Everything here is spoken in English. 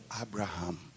Abraham